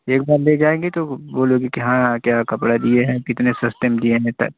एक बार ले जाएँगी तो बोलोगी कि हाँ क्या कपड़े दिए हैं कितने सस्ते में दिए है ता